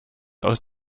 aus